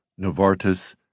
Novartis